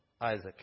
Isaac